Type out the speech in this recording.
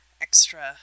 extra